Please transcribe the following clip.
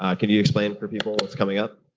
um can you explain for people what's coming up?